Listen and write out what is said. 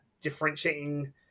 differentiating